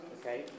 Okay